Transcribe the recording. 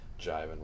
jiving